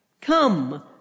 Come